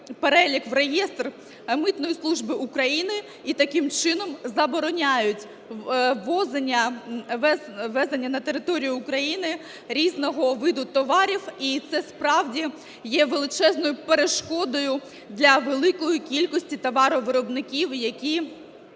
перелік, в реєстр Митної служби України і таким чином забороняють ввезення на територію України різного виду товарів, і це справді є величезною перешкодою для великої кількості товаровиробників, які